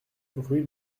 rue